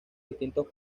distintos